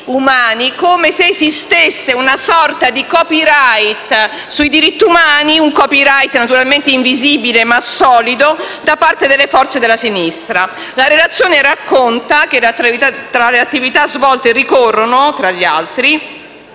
come se esistesse una sorta di *copyright* sui diritti umani, naturalmente invisibile ma solido, da parte delle forze della sinistra. La relazione racconta che tra le attività svolte ricorrono, tra le altre,